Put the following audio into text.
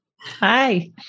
Hi